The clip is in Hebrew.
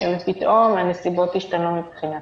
פתאום הנסיבות השתנו מבחינתה.